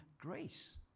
grace